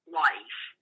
life